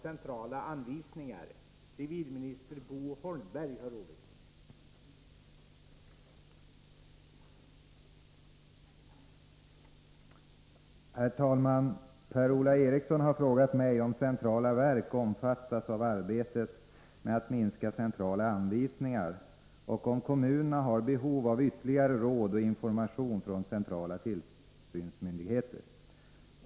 Per-Ola Eriksson har frågat mig om centrala verk omfattas av arbetet med att minska centrala anvisningar och om kommunerna har behov av ytterligare råd och information från centrala tillsynsmyndigheter.